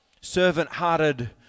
servant-hearted